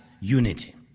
unity